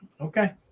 Okay